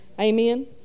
Amen